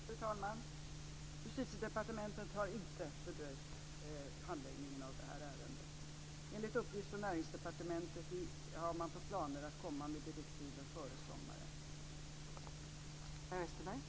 Fru talman! Justitiedepartementet har inte fördröjt handläggningen av det här ärendet. Enligt uppgift från Näringsdepartementet planerar man att komma med direktiven före sommaren.